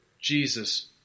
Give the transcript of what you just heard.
Jesus